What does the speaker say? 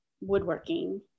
woodworking